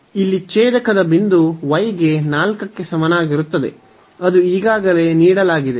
ಇಲ್ಲಿ ಛೇದಕದ ಬಿಂದು y ಗೆ 4 ಕ್ಕೆ ಸಮನಾಗಿರುತ್ತದೆ ಅದು ಈಗಾಗಲೇ ನೀಡಲಾಗಿದೆ